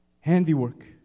handiwork